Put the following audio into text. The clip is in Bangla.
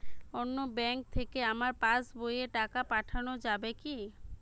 অন্য ব্যাঙ্ক থেকে আমার পাশবইয়ে টাকা পাঠানো যাবে কি?